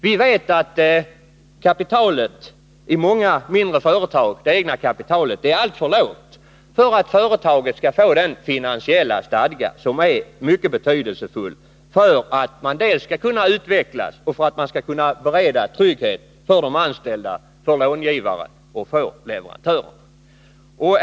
Vi vet att det egna kapitalet i många mindre företag är alltför lågt för att ge företaget den finansiella stadga som är så betydelsfull för att företaget skall kunna dels utvecklas, dels bereda trygghet för de anställda, för långivare och för leverantörer.